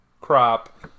crop